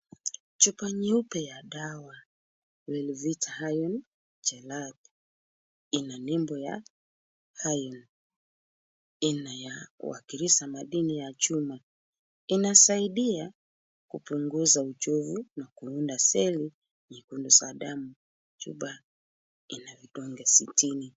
Chupa nyeupe ya dawa Lulvit Iron Chellate, ina nembo ya hine . Inawakilisha madini ya chuma. Inasaidia kupunguza uchovu na kuunda seli nyekundu za damu. Chupa ina vidonge sitini.